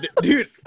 dude